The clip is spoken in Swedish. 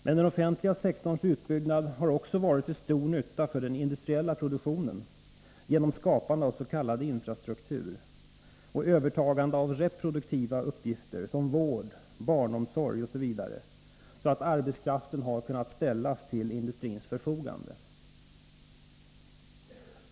Men den offentliga sektorns utbyggnad har också varit till stor nytta för den industriella produktionen genom skapande av s.k. infrastruktur och övertagande av reproduktiva uppgifter som vård och barnomsorg, så att arbetskraften har kunnat ställas till industrins förfogande.